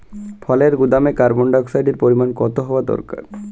ফলের গুদামে কার্বন ডাই অক্সাইডের পরিমাণ কত হওয়া দরকার?